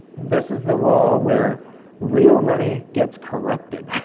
this is the wall where real money gets corrupted.